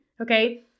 okay